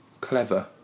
clever